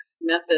method